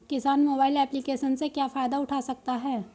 किसान mobile application से क्या फायदा उठा सकता है?